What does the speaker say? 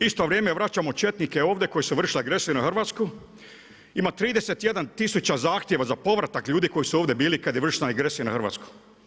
Isto vrijeme vraćamo četnike ovdje koji su vršili agresiju na Hrvatsku, ima 31 tisuća zahtjeva za povratak ljudi koji su ovdje bili kad je vršena agresija na Hrvatsku.